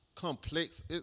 Complex